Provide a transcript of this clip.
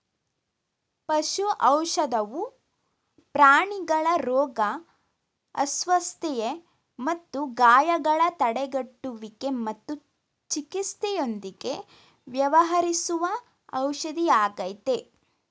ಪಶು ಔಷಧವು ಪ್ರಾಣಿಗಳ ರೋಗ ಅಸ್ವಸ್ಥತೆ ಮತ್ತು ಗಾಯಗಳ ತಡೆಗಟ್ಟುವಿಕೆ ಮತ್ತು ಚಿಕಿತ್ಸೆಯೊಂದಿಗೆ ವ್ಯವಹರಿಸುವ ಔಷಧಿಯಾಗಯ್ತೆ